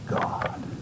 God